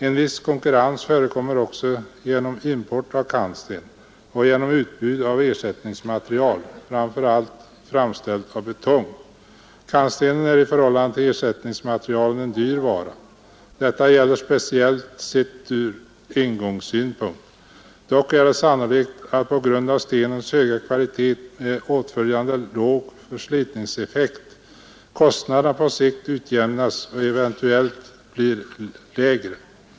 En viss konkurrens förekommer också genom import av kantsten och genom utbud av ersättningsmaterial, framför allt framställd av betong. Kantstenen är i förhållande till ersättningsmaterialen en dyr vara, speciellt sett ur engångssynpunkt. Dock är det sannolikt att kostnaderna för stenen tack vare dennas höga kvalitet med åtföljande låg förslitningseffekt på sikt utjämnas och eventuellt blir lägre.